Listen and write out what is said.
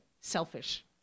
selfish